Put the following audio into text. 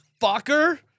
fucker